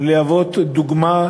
דוגמה